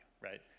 right